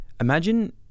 imagine